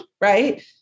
right